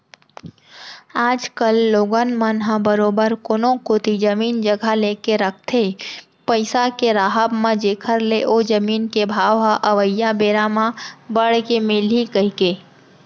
आज कल लोगन मन ह बरोबर कोनो कोती जमीन जघा लेके रखथे पइसा के राहब म जेखर ले ओ जमीन के भाव ह अवइया बेरा म बड़ के मिलही कहिके